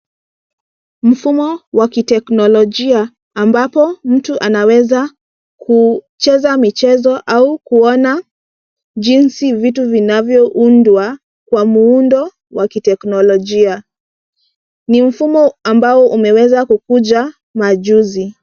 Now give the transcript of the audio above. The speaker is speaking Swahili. Mfumo wa kiteknolojia ambapo mtu anaweza kucheza michezo au kuona jinsi vitu vinavyoundwa kwa muundo wa teknolojia. Ni mfumo ambao umeweza kukuja majuzi.